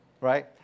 right